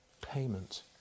payment